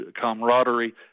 camaraderie